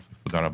תודה.